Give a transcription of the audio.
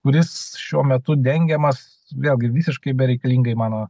kuris šiuo metu dengiamas vėlgi visiškai bereikalingai mano